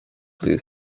flu